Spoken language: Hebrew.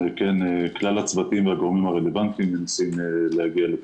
ועל כן כלל הצוותים והגורמים הרלבנטיים מנסים להגיע לפתרון.